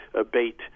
abate